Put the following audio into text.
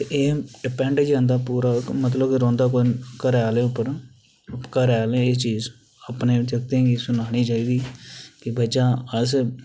ते एह् डिपेंड होई जंदा मतलब पूरा होई जंदा घरें आह्लें पर घरें आह्लें एह् चीज़ अपने जागतें गी सनानी चाहिदी के बजह अस